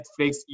Netflix